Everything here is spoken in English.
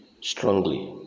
strongly